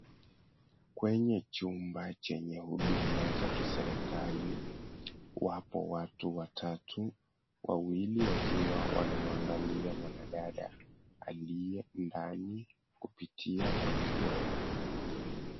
Kwenye chumba chenye huduma za kiserikali wapo watu watatu. Wawili wakiwa wanamwangalia mwanadada aliye ndani kupitia kwa kioo.